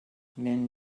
men